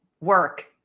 work